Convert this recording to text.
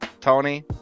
tony